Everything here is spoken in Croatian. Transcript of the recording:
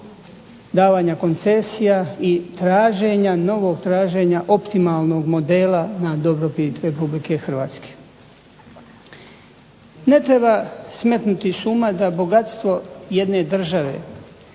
davanja koncesija i novog traženja optimalnog modela na dobrobit RH. Ne treba smetnuti s uma da bogatstvo jedne države